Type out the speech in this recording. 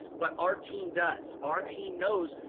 but our team does. our team knows.